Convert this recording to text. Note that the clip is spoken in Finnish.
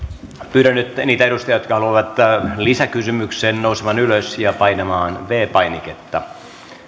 pyydän nyt niitä edustajia jotka haluavat lisäkysymyksen nousemaan ylös ja painamaan viides painiketta